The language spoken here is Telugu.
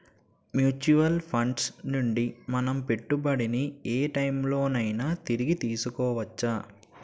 మ్యూచువల్ ఫండ్స్ నుండి మన పెట్టుబడిని ఏ టైం లోనైనా తిరిగి తీసుకోవచ్చా?